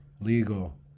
legal